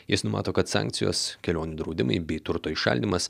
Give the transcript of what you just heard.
jis numato kad sankcijos kelionių draudimai bei turto įšaldymas